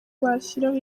bashyiraho